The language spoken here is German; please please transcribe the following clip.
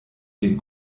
den